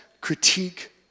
critique